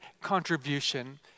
contribution